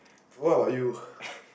what about you ppl